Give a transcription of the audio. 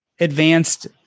advanced